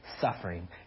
suffering